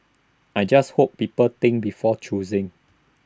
I just hope people think before choosing